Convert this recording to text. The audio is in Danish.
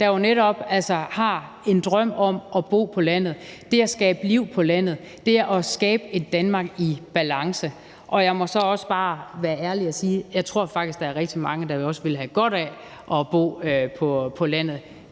der netop har en drøm om at bo på landet, og det at skabe liv på landet og det at skabe et Danmark i balance. Og jeg må så også bare være ærlig og sige, at jeg faktisk tror, at der er rigtig mange, der også vil have godt af at bo på landet.